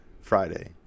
Friday